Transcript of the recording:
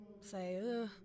say